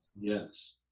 yes